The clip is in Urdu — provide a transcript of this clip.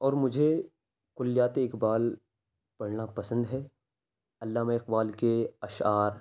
اور مجھے کلیات اقبال پڑھنا پسند ہے علامہ اقبال کے اشعار